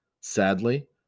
Sadly